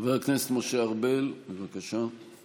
חבר הכנסת משה ארבל, בבקשה.